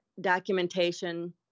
documentation